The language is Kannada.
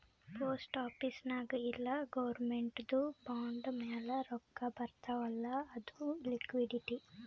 ಪೋಸ್ಟ್ ಆಫೀಸ್ ನಾಗ್ ಇಲ್ಲ ಗೌರ್ಮೆಂಟ್ದು ಬಾಂಡ್ ಮ್ಯಾಲ ರೊಕ್ಕಾ ಬರ್ತಾವ್ ಅಲ್ಲ ಅದು ಲಿಕ್ವಿಡಿಟಿ